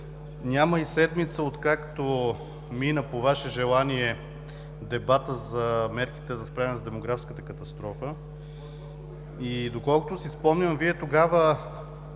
Няма и седмица, откакто мина по Ваше желание дебатът за мерките за справяне с демографската катастрофа. Доколкото си спомням, Вие тогава